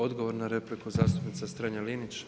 Odgovor na repliku zastupnica Strenja Linić.